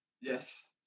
Yes